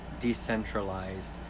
decentralized